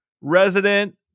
resident